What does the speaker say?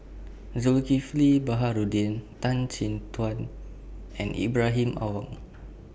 Zulkifli Baharudin Tan Chin Tuan and Ibrahim Awang